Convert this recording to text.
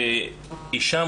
אישה,